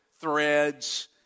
threads